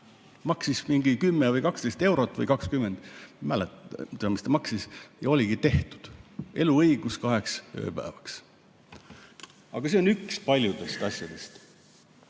maksis mingi 10 või 12 või 20 eurot, ma ei mäleta, mis ta maksis, ja oligi tehtud. Eluõigus kaheks ööpäevaks. Aga see on üks paljudest asjadest.